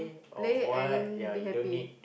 play and be happy